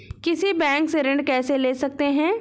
किसी बैंक से ऋण कैसे ले सकते हैं?